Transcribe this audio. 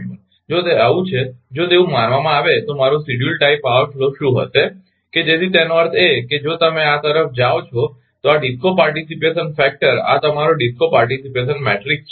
જો તે આવું છે જો તેવું માનવામાં આવે તો મારો શિડ્લ્યુડ ટાઇ પાવર ફ્લો શું હશે કે જેથી તેનો અર્થ એ કે જો તમે આ તરફ પાછા જાઓ છો તો આ ડિસ્કો પાર્ટીસીપેશન મેટ્રિક્સ આ તમારો ડિસ્કો પાર્ટીસીપેશન મેટ્રિક્સ છે